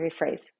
rephrase